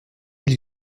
ils